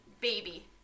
baby